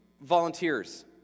volunteers